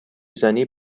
زنی